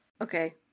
Okay